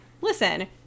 listen